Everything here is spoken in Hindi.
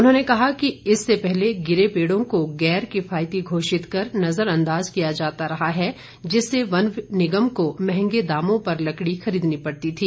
उन्होंने कहा कि इससे पहले गिरे पेड़ों को गैर किफायती घोषित कर नजर अंदाज किया जाता रहा है जिससे वन निगम को महंगे दामों पर लकड़ी खरीदनी पड़ती थी